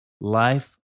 life